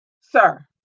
sir